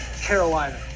Carolina